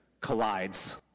collides